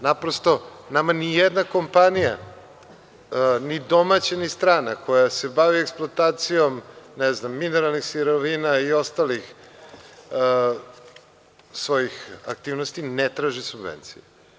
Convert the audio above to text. Naprosto, nama ni jedna kompanija, ni domaća ni strana, koja se bavi eksploatacijom mineralnih sirovina i ostalih svojih aktivnosti, ne traži subvencije.